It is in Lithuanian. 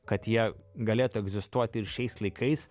kad jie galėtų egzistuoti ir šiais laikais